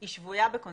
שהיא שבויה בקונספציה